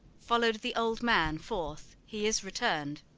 followed the old man forth he is return'd.